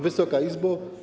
Wysoka Izbo!